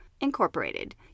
Incorporated